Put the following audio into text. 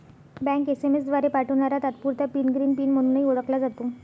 bank SMS द्वारे पाठवणारा तात्पुरता पिन ग्रीन पिन म्हणूनही ओळखला जातो